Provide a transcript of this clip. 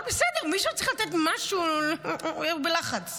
אבל בסדר, מישהו צריך לתת משהו, הוא בלחץ.